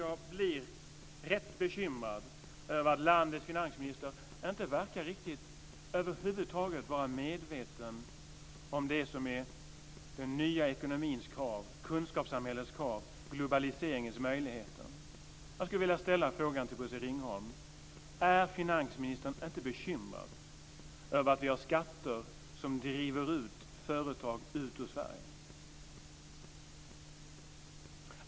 Jag blir rätt bekymrad över att landets finansminister över huvud taget inte verkar vara medveten om den nya ekonomins krav, kunskapssamhällets krav och globaliseringens möjligheter. Jag skulle vilja ställa några frågor till Bosse Ringholm. Är finansministern inte bekymrad över att vi har skatter som driver ut företag ur Sverige?